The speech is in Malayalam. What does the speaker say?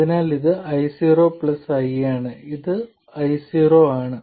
അതിനാൽ ഇത് I0 i ആണ് ഇത് I0 ആണ്